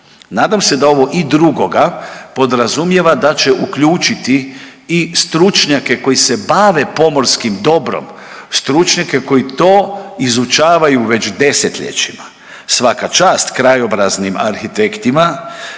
Nadam se da ovo i drugoga podrazumijeva da će uključiti i stručnjake koji se bave pomorskim dobrom, stručnjake koji to izučavaju već desetljećima. Svaka čast krajobraznim arhitektima